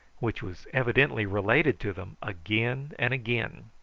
which was evidently related to them again and again.